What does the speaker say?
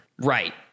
Right